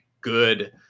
good